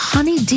Honey